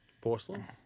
Porcelain